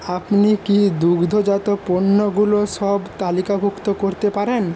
আপনি কী দুগ্ধজাত পণ্যগুলো সব তালিকাভুক্ত করতে পারেন